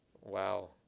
Wow